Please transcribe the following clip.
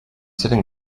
sitting